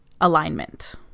alignment